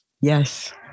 Yes